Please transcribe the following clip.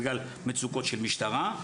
בגלל מצוקות של המשטרה.